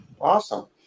Awesome